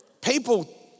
People